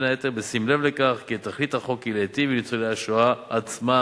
בין היתר בשים לב לכך שתכלית החוק היא להיטיב עם ניצולי השואה עצמם,